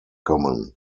common